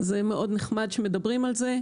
זה מאוד נחמד שמדברים על זה,